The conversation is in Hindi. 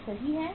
यह सही है